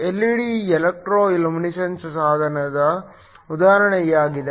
LED electroluminescence ಸಾಧನದ ಉದಾಹರಣೆಯಾಗಿದೆ